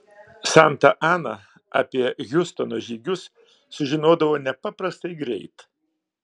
santa ana apie hiustono žygius sužinodavo nepaprastai greit